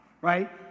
right